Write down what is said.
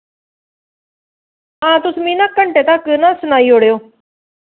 हां तुस मिगी ना घंटे तक ना सनाई ओड़ेओ